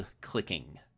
clicking